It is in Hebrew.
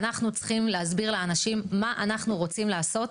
ואנחנו צריכים להסביר לאנשים מה אנחנו רוצים לעשות.